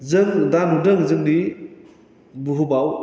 जों दा नुदों जोंनि बुहुमाव